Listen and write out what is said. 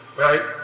right